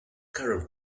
current